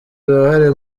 uruhare